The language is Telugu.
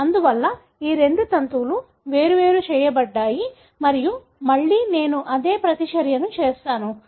అందువల్ల ఈ రెండు తంతువులు వేరు చేయబడ్డాయి మరియు మళ్లీ నేను అదే ప్రతిచర్యను చేస్తాను